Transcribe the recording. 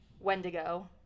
Wendigo